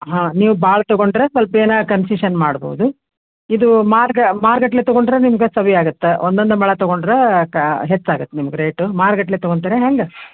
ಹಾಂ ನೀವು ಭಾಳ ತಗೊಂಡರೆ ಸ್ವಲ್ಪ ಏನೋ ಕನ್ಫ್ಯೂಷನ್ ಮಾಡ್ಬಹುದು ರೀ ಇದು ಮಾರ್ಗ ಮಾರುಗಟ್ಲೆ ತಗೊಂಡರೆ ನಿಮ್ಗೆ ಸವಿ ಆಗುತ್ತಾ ಒಂದು ಒಂದು ಮೊಳ ತಗೊಂಡ್ರೆ ಕಾ ಹೆಚ್ಚಾಗುತ್ತೆ ನಿಮ್ಗೆ ರೇಟು ಮಾರುಗಟ್ಲೆ ತಗೊಳ್ತಾರೆ ಹೆಂಗೆ